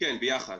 כן, ביחד.